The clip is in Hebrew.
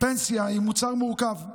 פנסיה היא מוצר מורכב,